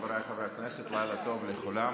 חבריי חברי הכנסת, לילה טוב לכולם.